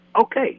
okay